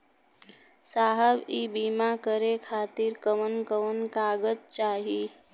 साहब इ बीमा करें खातिर कवन कवन कागज चाही?